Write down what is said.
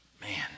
man